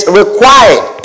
required